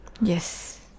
yes